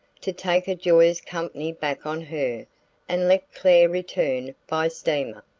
to take a joyous company back on her and let clare return by steamer.